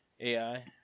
AI